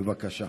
בבקשה.